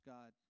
God